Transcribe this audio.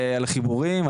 על חיבורים,